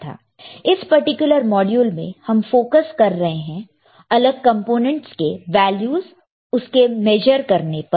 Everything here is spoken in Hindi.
इस पर्टिकुलर मॉड्यूल में हम फोकस कर रहे हैं अलग कंपोनेंटस के वैल्यूस उसको मेजर करने पर